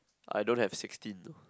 I don't have sixteen though